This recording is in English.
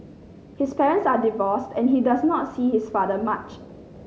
his parents are divorced and he does not see his father much